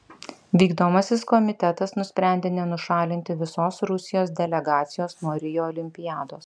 vykdomasis komitetas nusprendė nenušalinti visos rusijos delegacijos nuo rio olimpiados